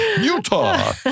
Utah